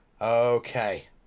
Okay